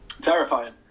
Terrifying